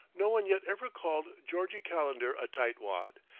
no one yet ever called georgie calendar a tight-wad.